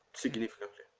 significantly.